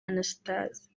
anastase